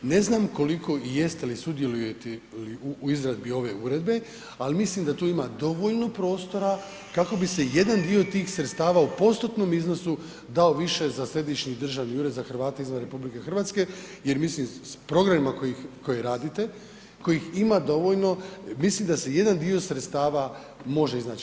Ne znam koliko i jeste li sudjelujete li u izradi ove uredbe ali mislim da tu ima dovoljno prostora kako bi se jedan dio tih sredstava u postotnom iznosu dao više za središnji državni Ured za Hrvate izvan RH jer mislim s programima koje radite, kojih ima dovoljno mislim da se jedan dio sredstava može iznaći.